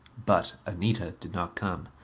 but anita did not come.